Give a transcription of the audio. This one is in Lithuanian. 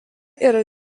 yra